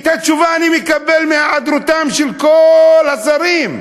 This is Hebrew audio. את התשובה אני מקבל מהיעדרותם של כל השרים,